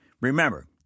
Remember